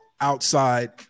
outside